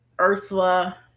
Ursula